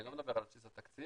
אני לא מדבר על בסיס התקציב,